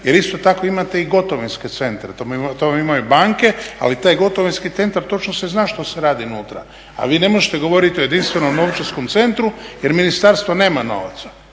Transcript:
Jer isto tako imate i gotovinske centre, to vam imaju banke, ali taj gotovinski centar točno se zna što se radi unutra. A vi ne možete govoriti o jedinstvenom novčarskom centru jer ministarstvo nema novaca,